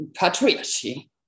patriarchy